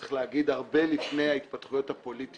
צריך להגיד שהסיטואציה הזאת הייתה הרבה לפני ההתפתחויות הפוליטיות.